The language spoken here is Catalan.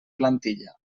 plantilla